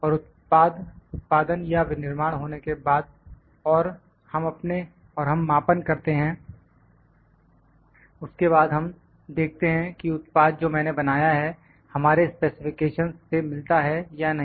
और उत्पादन या विनिर्माण होने के बाद और हम मापन करते हैं और उसके बाद हम देखते हैं कि उत्पाद जो मैंने बनाया है हमारे स्पेसिफिकेशनस् से मिलता है या नहीं